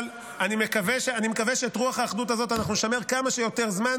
אבל אני מקווה שאת רוח האחדות הזאת אנחנו נשמר כמה שיותר זמן,